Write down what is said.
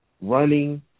running